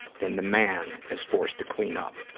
then the man is forced to clean up.